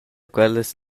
quellas